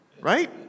right